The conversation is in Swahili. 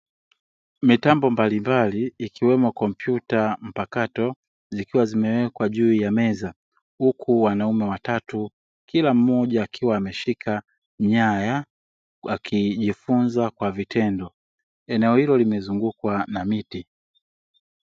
Mitambo mbalimbali ikiwemo kompyuta mpakato zikiwa zimewekwa juu ya meza huku wanaume watatu kila mmoja akiwa ameshika nyaya, wakijifunza kwa vitendo. Eneo hilo limezungukwa na miti.